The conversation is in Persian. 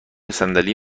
صندلی